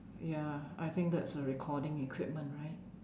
ya I think that's a recording equipment right